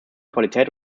qualität